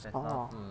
oh